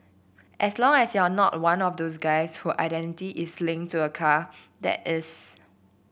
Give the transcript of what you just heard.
as long as you're not one of those guys who identity is linked to a car that is